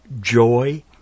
joy